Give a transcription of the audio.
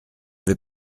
vais